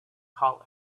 colic